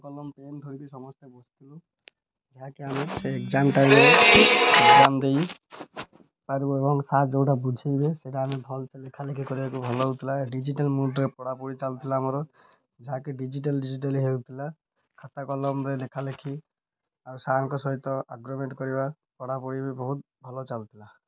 କଲମ ପେନ୍ ଧରି ବିି ସମସ୍ତେ ବୁଝୁଥିଲୁ ଯାହାକି ଆମେ ସେ ଏଗ୍ଜାମ୍ ଟାଇମ୍ରେ ଏଗ୍ଜାମ୍ ଦେଇପାରୁ ଏବଂ ସାର୍ ଯେଉଁଟା ବୁଝାଇବେ ସେଇଟା ଆମେ ଭଲ ସେ ଲେଖା ଲେଖି କରିବାକୁ ଭଲ ହେଉଥିଲା ଡିଜିଟାଲ୍ ମୋଡ଼୍ରେ ପଢ଼ାପଢ଼ି ଚାଲୁଥିଲା ଆମର ଯାହାକି ଡିଜିଟାଲ୍ ଡିଜିଟାଲି ହେଉଥିଲା ଖାତା କଲମରେ ଲେଖା ଲେଖି ଆଉ ସାର୍ଙ୍କ ସହିତ ଅର୍ରଗୁମେଣ୍ଟ କରିବା ପଢ଼ାପଢ଼ି ବି ବହୁତ ଭଲ ଚାଲୁଥିଲା